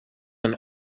and